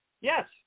Yes